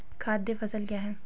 खाद्य फसल क्या है?